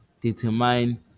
determine